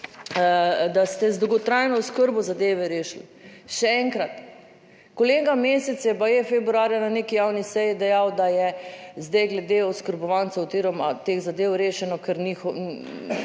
da ste z dolgotrajno oskrbo zadeve rešili, še enkrat, kolega Mesec je baje februarja na neki javni seji dejal, da je zdaj glede oskrbovancev oziroma teh zadev rešeno, ker njihov,